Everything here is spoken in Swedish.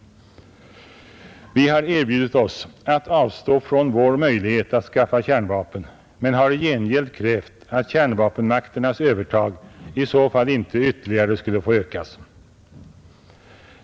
Vi har erbjudit oss att avstå från vår möjlighet att skaffa kärnvapen, men har i gengäld krävt att kärnvapenmakternas övertag i så fall inte ytterligare skulle få ökas.